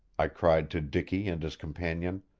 i cried to dicky and his companion.